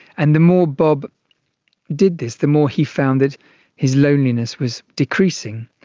and the more bob did this, the more he found that his loneliness was decreasing,